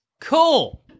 Cool